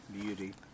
beauty